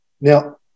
Now